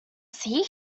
see